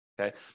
Okay